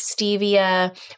stevia